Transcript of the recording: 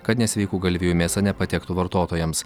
kad nesveikų galvijų mėsa nepatektų vartotojams